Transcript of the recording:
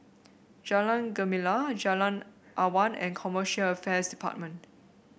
Jalan Gemala Jalan Awan and Commercial Affairs Department